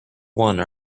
one